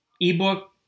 ebook